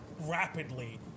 rapidly